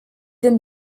denn